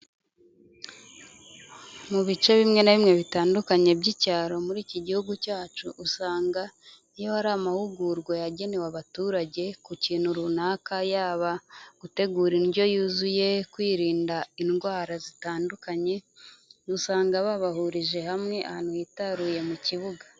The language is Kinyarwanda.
Mu bice bimwe na bimwe bitandukanye by'icyaro muri iki gihugu cyacu, usanga iyo hari amahugurwa yagenewe abaturage ku kintu runaka yaba gutegura indyo yuzuye, kwirinda indwara zitandukanye, usanga babahurije hamwe ahantu hitaruye mu kibuga.